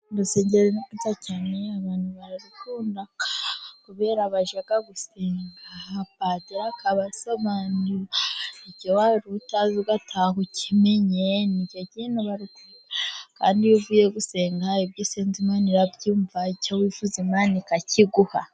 Urusengero ni rwiza cyane, abantu bararukunda, kubera bajya gusenga, padiri akabasobanurira, icyo wari utazi ugataha ukimenye, nicyo kintu barukundira, kandi iyo uvuye gusenga ibyo usenze Imana irabyumva, icyo wifuza Imana ikakiguha.